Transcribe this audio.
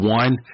one